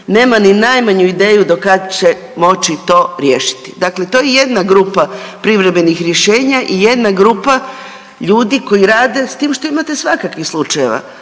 nema ni najmanju ideju do kad će moći to riješiti. Dakle, to je jedna grupa privremenih rješenja i jedna grupa ljudi koji rade s tim što imate svakakvih slučajeva.